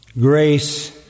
grace